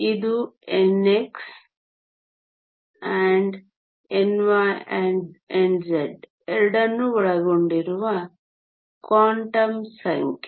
ಇದು nx ny∧nz ಎರಡನ್ನೂ ಒಳಗೊಂಡಿರುವ ಕ್ವಾಂಟಮ್ ಸಂಖ್ಯೆ